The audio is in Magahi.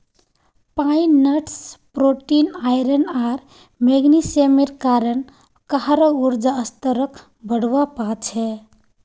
पाइन नट्स प्रोटीन, आयरन आर मैग्नीशियमेर कारण काहरो ऊर्जा स्तरक बढ़वा पा छे